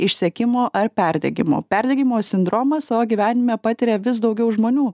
išsekimo ar perdegimo perdegimo sindromą savo gyvenime patiria vis daugiau žmonių